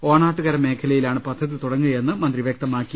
ഓണാട്ടുകര മേഖലയിലാണ് പദ്ധതി തുടങ്ങുകയെന്ന് അദ്ദേഹം വ്യക്തമാക്കി